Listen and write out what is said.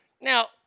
Now